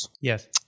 Yes